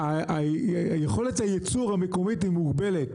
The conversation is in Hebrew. יכולת הייצור המקומית היא מוגבלת,